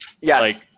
Yes